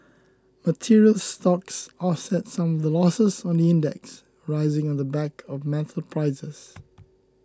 materials stocks offset some of the losses on the index rising on the back of metals prices